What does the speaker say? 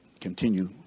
continue